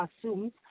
assumes